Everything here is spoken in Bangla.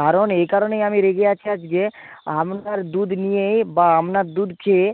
কারণ এই কারণেই আমি রেগে আছি আজকে আপনার দুধ নিয়ে বা আপনার দুধ খেয়ে